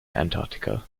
antarctica